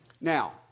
Now